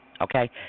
Okay